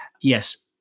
yes